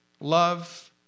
love